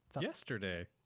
yesterday